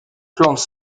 plantes